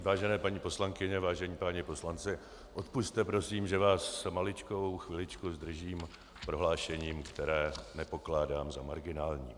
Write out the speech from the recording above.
Vážené paní poslankyně, vážení páni poslanci, odpusťte prosím, že vás maličkou chviličku zdržím prohlášením, které nepokládám za marginální.